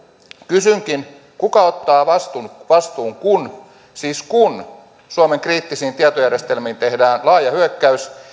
kysynkin kuka ottaa vastuun vastuun kun siis kun suomen kriittisiin tietojärjestelmiin tehdään laaja hyökkäys